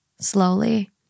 slowly